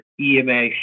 EMA